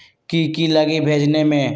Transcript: की की लगी भेजने में?